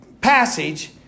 passage